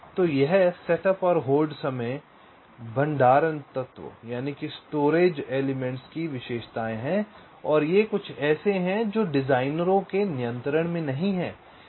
तो यह सेटअप और होल्ड समय भंडारण तत्वों की विशेषताएं हैं और ये कुछ ऐसे हैं जो डिजाइनरों के नियंत्रण में नहीं हैं